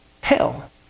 hell